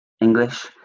English